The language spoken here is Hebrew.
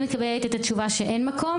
היא מקבלת את התשובה שאין מקום,